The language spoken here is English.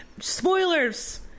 Spoilers